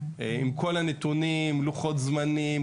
עם כל הנתונים לוחות זמנים,